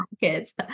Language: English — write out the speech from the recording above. kids